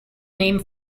name